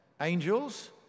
angels